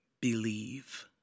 believe